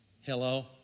Hello